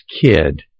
kid